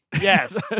Yes